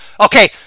Okay